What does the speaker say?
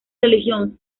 religión